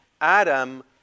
Adam